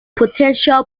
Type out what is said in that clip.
potential